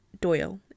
Doyle